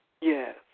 Yes